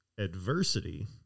Adversity